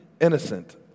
innocent